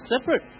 separate